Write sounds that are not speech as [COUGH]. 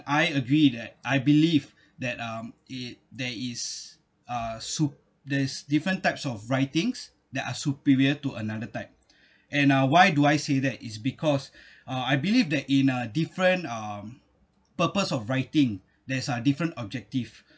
I agree that I believe that um it there is uh sup~ there's different types of writings that are superior to another type and uh why do I say that is because [BREATH] uh I believe that in a different um purpose of writing there's a different objective